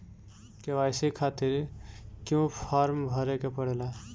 KYC खातिर क्यूं form भरे के पड़ेला?